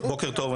בוקר טוב.